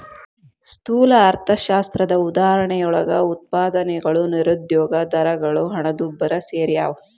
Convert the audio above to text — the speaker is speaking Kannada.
ಸ್ಥೂಲ ಅರ್ಥಶಾಸ್ತ್ರದ ಉದಾಹರಣೆಯೊಳಗ ಉತ್ಪಾದನೆಗಳು ನಿರುದ್ಯೋಗ ದರಗಳು ಹಣದುಬ್ಬರ ಸೆರ್ಯಾವ